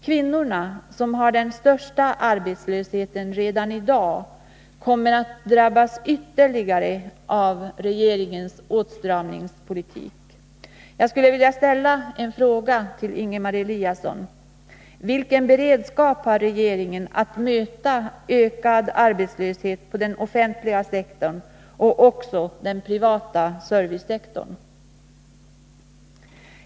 Kvinnorna, som har den största arbetslösheten redan i dag, kommer att drabbas ytterligare av regeringens åtstramningspolitik. Jag skulle vilja ställa en fråga till Ingemar Eliasson: Vilken beredskap har regeringen att möta ökad arbetslöshet på den offentliga sektorn och på den privata servicesektorn?